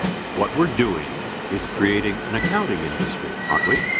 what we're doing is creating an accounting industry, aren't we?